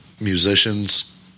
musicians